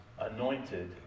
anointed